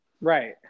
Right